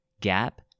gap